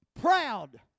proud